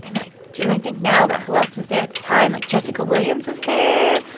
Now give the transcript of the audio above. and like, when i think now about who else was there at the time, like, jessica williams was there.